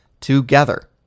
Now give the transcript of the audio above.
together